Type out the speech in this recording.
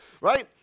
right